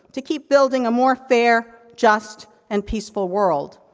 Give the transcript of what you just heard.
to keep building a more fair, just, and peaceful world.